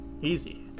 Easy